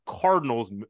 Cardinals